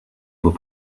vos